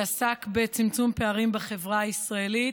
שעסק בצמצום פערים בחברה הישראלית.